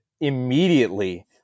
immediately